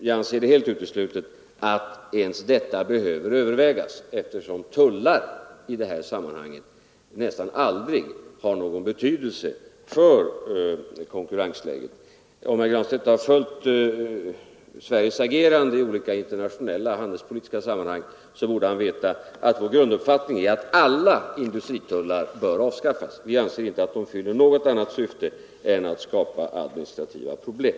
Jag anser det helt uteslutet att detta ens behöver övervägas, eftersom tullar i det här sammanhanget nästan aldrig har någon betydelse för konkurrensläget. Om herr Granstedt har följt Sveriges agerande i olika internationella handelspolitiska sammanhang borde han véta att vår grunduppfattning Nr 131 är att alla industritullar bör avskaffas. Vi anser inte att de fyller någon Fredagen den